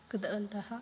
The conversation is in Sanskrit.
कृतवन्तः